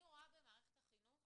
אני רואה במערכת החינוך